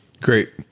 Great